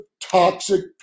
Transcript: toxic